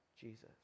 Jesus